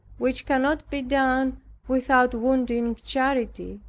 which cannot be done without wounding charity,